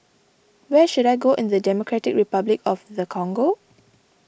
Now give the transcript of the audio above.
where should I go in the Democratic Republic of the Congo